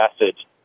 message